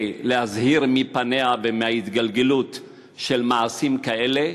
להזהיר מפניה ומההתגלגלות של מעשים כאלה,